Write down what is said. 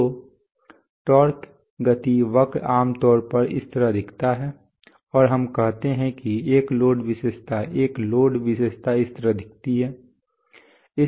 तो टॉर्क गति वक्र आमतौर पर इस तरह दिखता है और हम कहते हैं कि एक लोड विशेषता एक लोड विशेषता इस तरह दिखती है